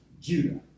judah